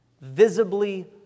Visibly